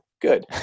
good